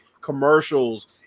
commercials